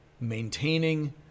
maintaining